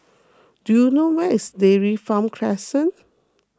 do you know where is Dairy Farm Crescent